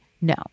No